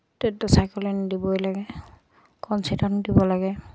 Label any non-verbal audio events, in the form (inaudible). tetracycline দিবই লাগে (unintelligible) দিব লাগে